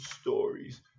stories